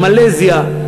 מלזיה,